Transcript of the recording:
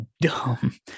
dumb